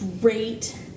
great